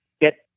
get